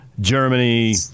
Germany